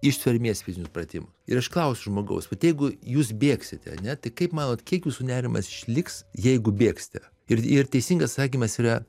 ištvermės fizinius pratimus ir aš klausiu žmogaus vat jeigu jūs bėgsite ane tai kaip manot kiek jūsų nerimas išliks jeigu bėgsite ir ir teisingas atsakymas yra